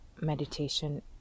meditation